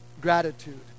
gratitude